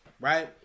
Right